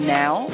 now